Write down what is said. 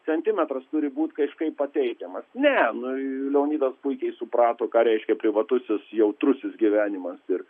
centimetras turi būt kažkaip pateikiamas ne nu leonidas puikiai suprato ką reiškia privatusis jautrusis gyvenimas ir